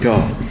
God